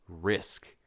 risk